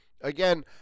Again